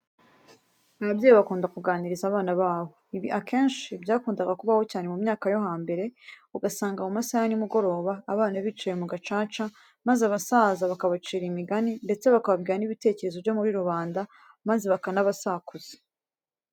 Ababyeyi bakunda kuganiriza abana babo. Ibi akenshi byakundaga kubaho cyane mu myaka yo hambere. Ugasanga mu masaha ya nimugoroba abana bicaye mu gacaca maze abasaza bakabacira imigani ndetse bakababwira n'ibitekerezo byo muri rubanda maze bakanabasakuza.